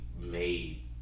made